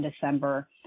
December